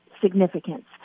significance